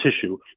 tissue